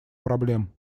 проблем